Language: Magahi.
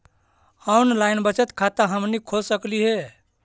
ऑनलाइन बचत खाता हमनी खोल सकली हे?